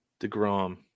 DeGrom